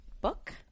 book